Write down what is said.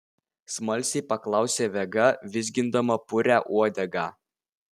smalsiai paklausė vega vizgindama purią uodegą